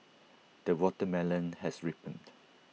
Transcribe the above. the watermelon has ripened